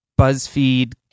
buzzfeed